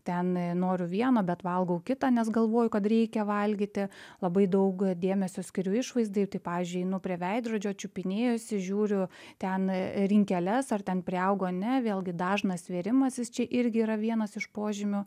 ten noriu vieno bet valgau kita nes galvoju kad reikia valgyti labai daug dėmesio skiriu išvaizdai tai pavyzdžiui einu prie veidrodžio čiupinėjusi žiūriu ten rinkeles ar ten priaugau ne vėlgi dažnas svėrimasis čia irgi yra vienas iš požymių